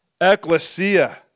ecclesia